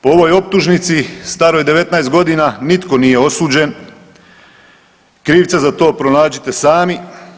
Po ovoj optužnici staroj 19.g. nitko nije osuđen, krivce za to pronađite sami.